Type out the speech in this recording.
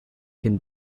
can